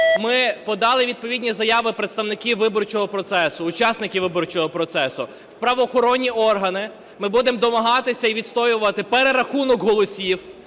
ми подали відповідні заяви представників виборчого процесу, учасників виборчого процесу, у правоохоронні органи. Ми будемо домагатися і відстоювати перерахунок голосів,